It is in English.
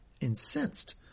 incensed